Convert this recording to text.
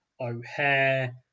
O'Hare